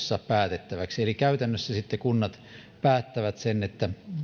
päätettäviksi eli käytännössä sitten kunnat päättävät sen